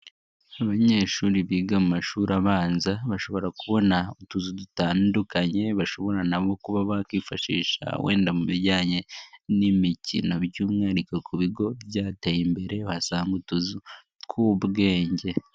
Abanyeshuri biga mu mashuri abanza bashobora kubona utuzu dutandukanye, bashobora nabo kuba bakwifashisha wenda mu bijyanye n'imikino, by'umwihariko ku bigo byateye imbere bahasanga utuzu tw'ubwenge.